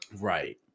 Right